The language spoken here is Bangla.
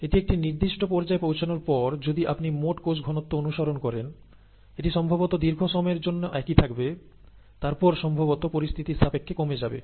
এটি একটি নির্দিষ্ট পর্যায়ে পৌঁছানোর পর যদি আপনি মোট কোষ ঘনত্ব অনুসরণ করেন এটি সম্ভবত দীর্ঘ সময়ের জন্য একই থাকবে তারপর সম্ভবত পরিস্থিতির সাপেক্ষে কমে যাবে